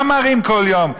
מה מראים כל יום?